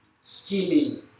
scheming